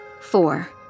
Four